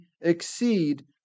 exceed